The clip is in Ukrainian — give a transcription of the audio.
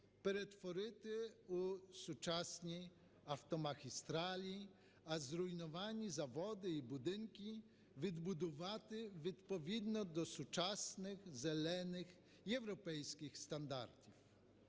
перетворити у сучасні автомагістралі, а зруйновані заводи і будинки відбудувати відповідно до сучасних зелених європейських стандартів.